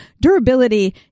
durability